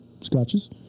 scotches